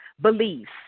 beliefs